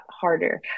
harder